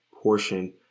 portion